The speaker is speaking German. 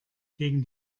gegen